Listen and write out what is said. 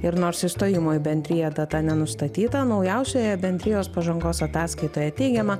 ir nors įstojimo į bendriją data nenustatyta naujausioje bendrijos pažangos ataskaitoje teigiama